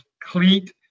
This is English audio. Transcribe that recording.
cleat